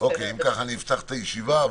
אני אפתח את הישיבה,